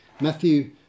Matthew